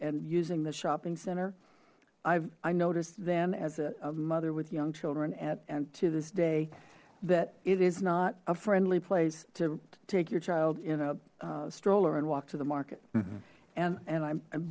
and using the shopping center i've i noticed then as a mother with young children and to this day that it is not a friendly place to take your child in a stroller and walk to the market and and i'm